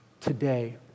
today